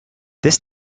this